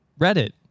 Reddit